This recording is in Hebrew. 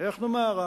איך נאמר,